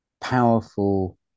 powerful